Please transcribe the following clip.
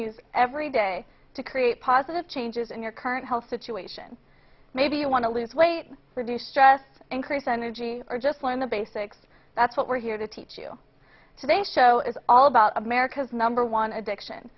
use every day to create positive changes in your current health situation maybe you want to lose weight reduce stress increase energy or just learn the basics that's what we're here to teach you today show is all about america's number one addiction